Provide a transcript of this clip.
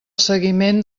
seguiment